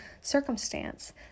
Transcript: circumstance